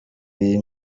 iyi